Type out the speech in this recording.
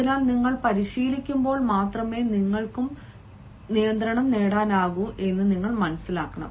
അതിനാൽ നിങ്ങൾ പരിശീലിക്കുമ്പോൾ മാത്രമേ നിങ്ങൾക്കും നിങ്ങൾക്കും നിയന്ത്രണം നേടാനാകൂ എന്ന് നിങ്ങൾ മനസ്സിലാക്കണം